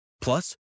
Plus